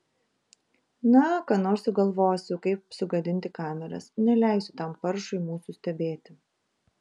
na ką nors sugalvosiu kaip sugadinti kameras neleisiu tam paršui mūsų stebėti